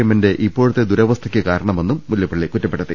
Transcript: എമ്മിന്റെ ഇപ്പോഴത്തെ ദുരവ സ്ഥയ്ക്ക് കാരണമെന്നും മുല്ലപ്പള്ളി കുറ്റപ്പെടുത്തി